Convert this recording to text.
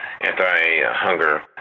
anti-hunger